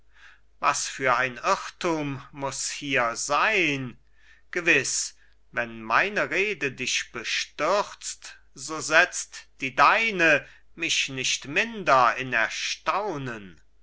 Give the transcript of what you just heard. was für ein irrthum muß hier sein gewiß wenn meine rede sich bestürzt so setzt die deine mich nicht minder in erstaunen